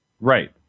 right